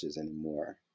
anymore